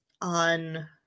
on